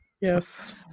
Yes